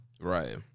Right